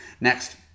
next